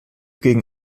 gegen